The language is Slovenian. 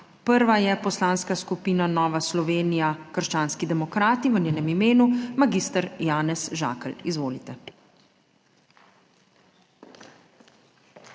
Prva je Poslanska skupina Nova Slovenija - krščanski demokrati, v njenem imenu magister Janez Žakelj. Izvolite.